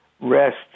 rest